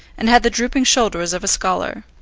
and had the drooping shoulders of a scholar.